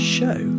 Show